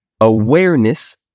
Awareness